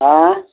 आँय